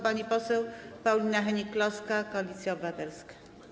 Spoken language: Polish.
Pani poseł Paulina Hennig-Kloska, Koalicja Obywatelska.